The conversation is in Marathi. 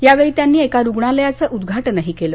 यावेळी त्यानी एका रुग्णालयाचं उद्घाटनही केलं